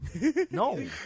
no